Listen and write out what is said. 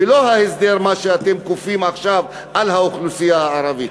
ולא ההסדר שאתם כופים עכשיו על האוכלוסייה הערבית.